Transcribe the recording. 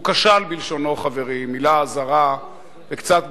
הוא כשל בלשונו, חברים, מלה זרה וקצת גמגם,